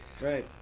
Right